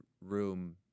room